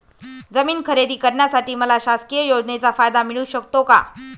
जमीन खरेदी करण्यासाठी मला शासकीय योजनेचा फायदा मिळू शकतो का?